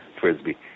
Frisbee